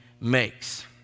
makes